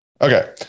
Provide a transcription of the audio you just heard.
Okay